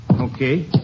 Okay